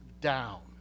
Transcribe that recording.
down